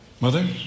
Mother